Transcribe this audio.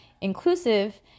inclusive